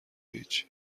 هیچی